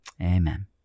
Amen